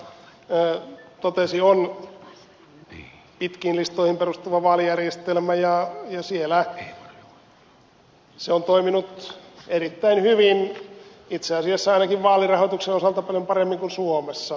lahtela totesi on pitkiin listoihin perustuva vaalijärjestelmä ja siellä se on toiminut erittäin hyvin itse asiassa ainakin vaalirahoituksen osalta paljon paremmin kuin suomessa